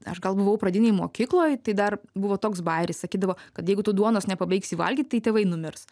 aš gal buvau pradinėj mokykloj tai dar buvo toks bajeris sakydavo kad jeigu tu duonos nepabaigsi valgyt tai tėvai numirs